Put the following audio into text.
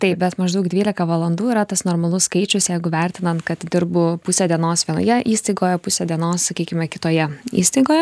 taip bent maždaug dvylika valandų yra tas normalus skaičius jeigu vertinant kad dirbu pusę dienos vienoje įstaigoje pusę dienos sakykime kitoje įstaigoje